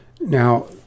Now